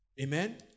Amen